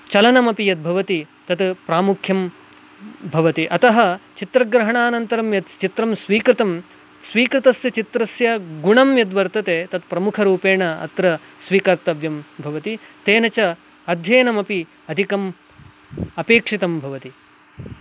चलनमपि यद्भवति तत् प्रामुख्यं भवति अतः चित्रग्रहणानन्तरं यच्चित्रं स्वीकृतं स्वीकृतस्य चित्रस्य गुणं यद्वर्तते तत् प्रमुखरूपेण अत्र स्वीकर्तव्यं भवति तेन च अध्ययनमपि अधिकम् अपेक्षितं भवति